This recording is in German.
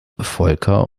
volker